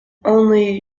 only